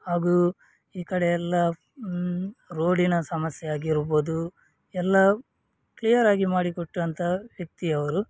ಹಾಗೂ ಈ ಕಡೆಯೆಲ್ಲ ರೋಡಿನ ಸಮಸ್ಯೆ ಆಗಿರ್ಬೋದು ಎಲ್ಲ ಕ್ಲಿಯರಾಗಿ ಮಾಡಿಕೊಟ್ಟಂತಹ ವ್ಯಕ್ತಿ ಅವರು